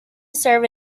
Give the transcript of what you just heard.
serve